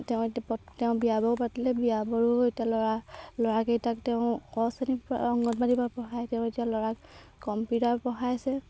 তেওঁ এতিয়া তেওঁ বিয়া বাৰু পাতিলে বিয়া বাৰু এতিয়া ল'ৰা ল'ৰাকেইটাক তেওঁ ক শ্ৰেণীৰ পৰা অংগনবাদীত পঢ়ায় তেওঁ এতিয়া ল'ৰাক কম্পিউটাৰ পঢ়াইছে